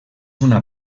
una